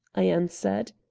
i answered.